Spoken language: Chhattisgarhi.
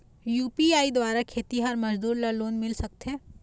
यू.पी.आई द्वारा खेतीहर मजदूर ला लोन मिल सकथे?